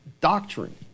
doctrine